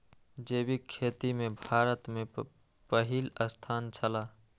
जैविक खेती में भारत के पहिल स्थान छला